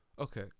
Okay